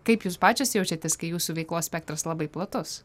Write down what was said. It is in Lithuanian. kaip jūs pačios jaučiatės kai jūsų veiklos spektras labai platus